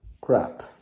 crap